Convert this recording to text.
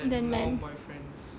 than men